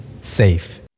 safe